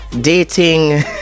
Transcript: dating